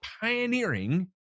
pioneering